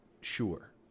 sure